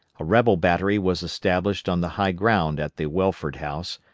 a rebel battery was established on the high ground at the welford house,